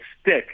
stick